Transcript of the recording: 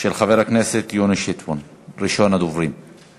הצעות לסדר-היום מס' 3148, 3183,